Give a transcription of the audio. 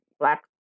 Black